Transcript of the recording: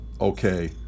okay